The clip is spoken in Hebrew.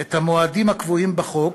את המועדים הקבועים בחוק